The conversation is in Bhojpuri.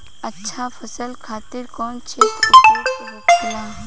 अच्छा फसल खातिर कौन क्षेत्र उपयुक्त होखेला?